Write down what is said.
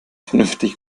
vernünftig